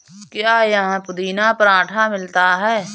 क्या यहाँ पुदीना पराठा मिलता है?